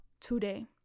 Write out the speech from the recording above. today